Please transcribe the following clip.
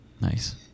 Nice